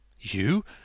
You